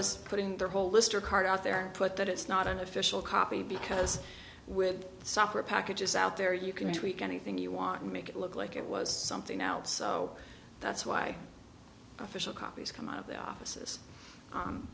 as putting their whole lister card out there put that it's not an official copy because with software packages out there you can tweak anything you want and make it look like it was something out so that's why official copies come out of the offices